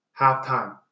halftime